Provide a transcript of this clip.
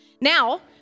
Now